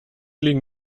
liegen